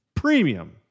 premium